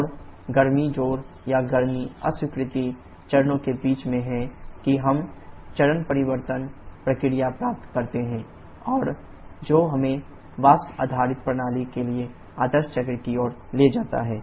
और गर्मी जोड़ और गर्मी अस्वीकृति चरणों के बीच में है कि हम चरण परिवर्तन प्रक्रिया प्राप्त करते हैं और जो हमें वाष्प आधारित प्रणाली के लिए आदर्श चक्र की ओर ले जाता है